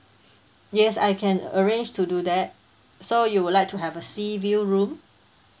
yes I can arrange to do that so you would like to have a sea view room